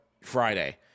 Friday